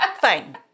Fine